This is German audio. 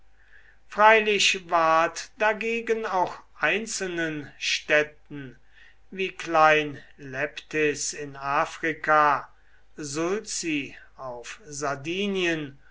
freilich ward dagegen auch einzelnen städten wie klein leptis in afrika sulci auf sardinien